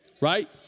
Right